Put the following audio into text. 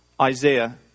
Isaiah